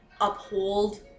uphold